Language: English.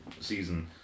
season